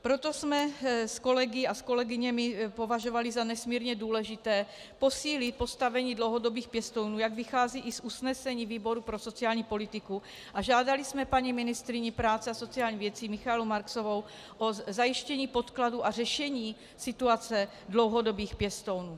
Proto jsme s kolegy a kolegyněmi považovali za nesmírně důležité posílit postavení dlouhodobých pěstounů, jak vychází i z usnesení výboru pro sociální politiku, a žádali jsme paní ministryni práce a sociálních věcí Michaelu Marksovou o zajištění podkladů a řešení situace dlouhodobých pěstounů.